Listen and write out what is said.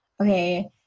Okay